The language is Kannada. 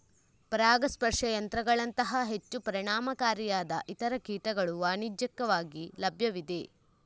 ಪರಾಗಸ್ಪರ್ಶ ಯಂತ್ರಗಳಂತಹ ಹೆಚ್ಚು ಪರಿಣಾಮಕಾರಿಯಾದ ಇತರ ಕೀಟಗಳು ವಾಣಿಜ್ಯಿಕವಾಗಿ ಲಭ್ಯವಿವೆ